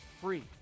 free